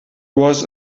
was